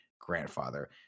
grandfather